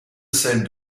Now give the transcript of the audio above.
sel